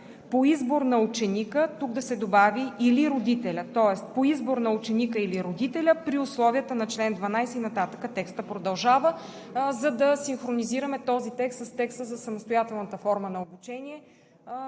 „по избор на ученика“ – тук да се добави – „или родителя“, тоест „по избор на ученика или родителя при условията на чл. 12“ и нататък текстът продължава, за да синхронизираме този текст с текста за самостоятелната форма на обучение.